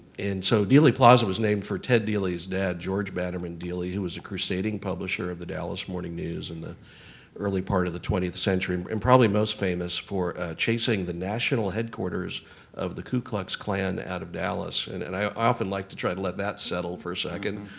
and so dealey plaza was named for ted dealey's dad, george bannerman dealey, who was the crusading publisher of the dallas morning news in the early part of the twentieth century, and probably most famous for chasing the national headquarters of the ku klux klan out of dallas. and and i often like to try to let that settle for a second,